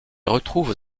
retrouve